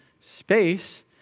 space